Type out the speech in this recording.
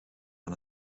aan